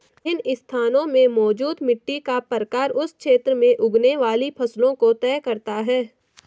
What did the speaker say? विभिन्न स्थानों में मौजूद मिट्टी का प्रकार उस क्षेत्र में उगने वाली फसलों को तय करता है